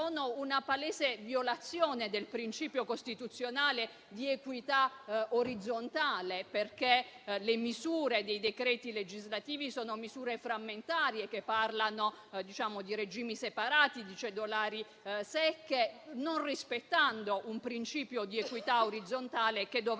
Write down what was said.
sono una palese violazione del principio costituzionale di equità orizzontale, perché le misure dei decreti legislativi sono frammentarie, che parlano di regimi separati e di cedolari secche, non rispettando un principio di equità orizzontale che dovrebbe